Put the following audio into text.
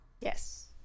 Yes